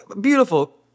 beautiful